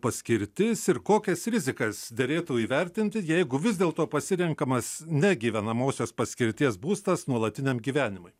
paskirtis ir kokias rizikas derėtų įvertinti jeigu vis dėlto pasirenkamas ne gyvenamosios paskirties būstas nuolatiniam gyvenimui